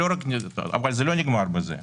אבל זה לא נגמר בזה.